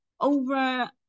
over